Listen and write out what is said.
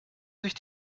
sich